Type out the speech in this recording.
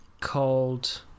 called